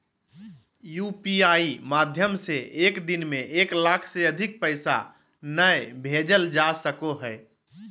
UPI माध्यम से एक दिन में एक लाख से अधिक पैसा नय भेजल जा सको हय